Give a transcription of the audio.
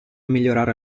migliorare